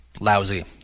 Lousy